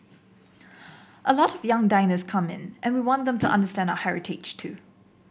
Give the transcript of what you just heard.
a lot of young diners come in and we want them to understand our heritage too